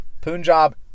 Punjab